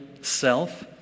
self